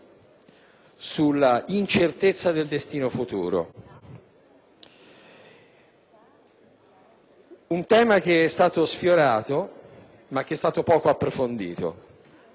sulla incertezza del destino futuro. Un tema che è stato sfiorato, ma che è stato poco approfondito.